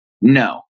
No